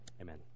amen